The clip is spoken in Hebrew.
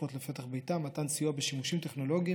תרופות לפתח ביתם ומתן סיוע בשימושים טכנולוגיים